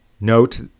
Note